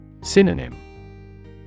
Synonym